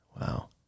Wow